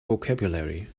vocabulary